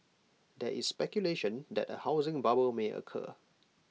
there is speculation that A housing bubble may occur